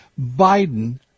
Biden